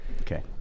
Okay